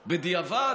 בדיעבד,